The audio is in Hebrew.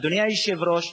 אדוני היושב-ראש,